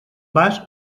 vas